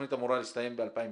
והתוכנית אמורה להסתיים ב-2019.